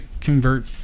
convert